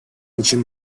için